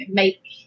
make